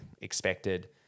expected